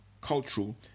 cultural